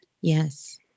Yes